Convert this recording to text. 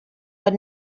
but